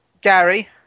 Gary